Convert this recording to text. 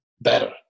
better